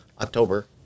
October